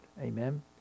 Amen